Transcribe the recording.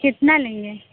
कितना लेंगे